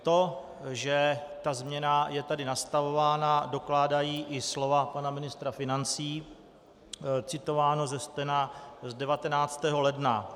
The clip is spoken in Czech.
To, že změna je tady nastavována, dokládají i slova pana ministra financí, citováno ze stena z 19. ledna.